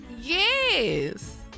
Yes